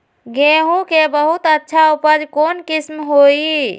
गेंहू के बहुत अच्छा उपज कौन किस्म होई?